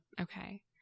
Okay